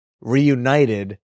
reunited